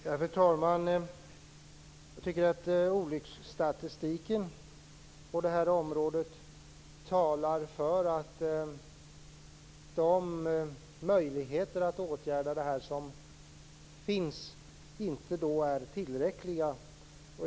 Fru talman! Jag tycker att olycksstatistiken på det här området talar för att de möjligheter att åtgärda detta som finns inte är tillräckliga.